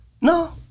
No